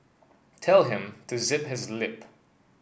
tell him to zip his lip